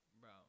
Bro